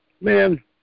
man